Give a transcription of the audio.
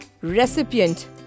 recipient